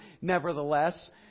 Nevertheless